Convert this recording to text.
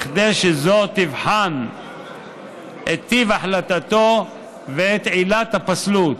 כדי שזו תבחן את טיב החלטתו ואת עילת הפסלות.